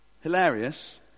Hilarious